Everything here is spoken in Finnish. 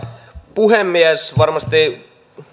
puhemies varmasti